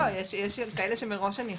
לא, יש גם כאלה שמראש הן יחידות,